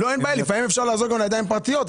אין בעיה, לפעמים אפשר לעזור גם לידיים פרטיות.